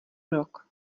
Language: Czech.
rok